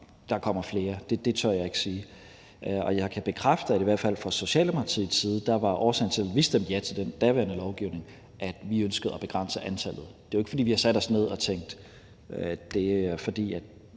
der kommer flere. Og det tør jeg ikke sige. Jeg kan bekræfte, at i hvert fald fra Socialdemokratiets side var årsagen til, at vi stemte ja til den daværende lovgivning, at vi ønskede at begrænse antallet. Det var jo ikke, fordi vi havde sat os ned og tænkt, at 3 år er en